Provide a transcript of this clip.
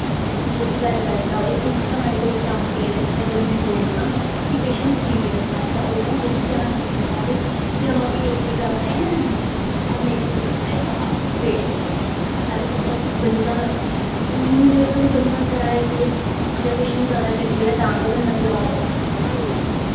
जेह्की गल्ल गल्त ऐ होर कुछ तो स्टाफ इ'यै लेह् होंदे अगर उ'नेंगी बोलो कि पेशैंट सीरियस ऐ तां ओह् ना उसी ध्यान निं दिंदे ओह् आखदे कि हम अभी एक के कर रहे हां हम एक दो देख रहे हैं तो आप वेट कर लो अरे तब तक बंदा इन्ने देर तक बंदा करै केह् अगर पेशैंट जादा क्रिटिकल ऐ बंदा तां गै बलाऽ दा